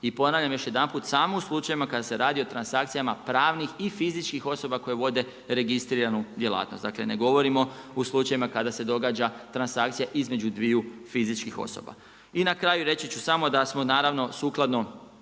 I ponavljam još jedanput, samo u slučajevima kada se radi o transakcijama pravnih i fizičkih osoba koje vode registriranu djelatnost. Dakle, ne govorimo u slučajevima kada se događa transakcija između dviju fizičkih osoba. I na kraju reći ću samo da smo naravno sukladno